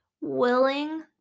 willing